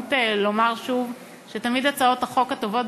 ההזדמנות לומר שוב שהצעות החוק הטובות